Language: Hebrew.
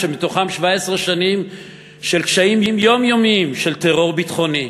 מתוכן 17 שנים של קשיים יומיומיים של טרור ביטחוני,